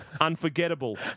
unforgettable